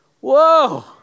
Whoa